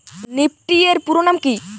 Nifty এর পুরোনাম কী?